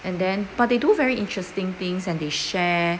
and then but they do very interesting things and they share